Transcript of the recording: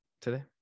today